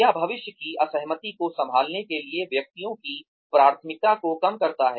यह भविष्य की असहमति को संभालने के लिए व्यक्तियों की प्राथमिकता को कम करता है